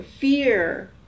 fear